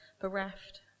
bereft